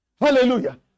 Hallelujah